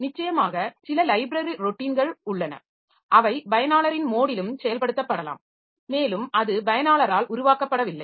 நிச்சயமாக சில லைப்ரரி ராெட்டின்கள் உள்ளன அவை பயனாளரின் மோடிலும் செயல்படுத்தப்படலாம் மேலும் அது பயனாளரால் உருவாக்கப்படவில்லை